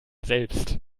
selbst